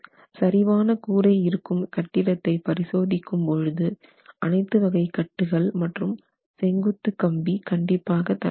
சரிவான கூரை இருக்கும் கட்டிடத்தை பரிசோதிக்கும்போது அனைத்து வகை கட்டுகள் மற்றும் செங்குத்து கம்பி கண்டிப்பாக தர வேண்டும்